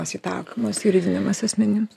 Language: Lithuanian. pasitakomos juridiniam as asmenims